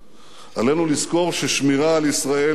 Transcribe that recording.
עלינו לזכור ששמירה על ישראל חזקה